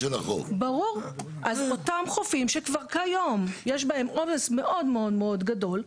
אותם חופים שכבר כיום יש בהם עומס מאוד מאוד מאוד גדול.